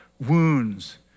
wounds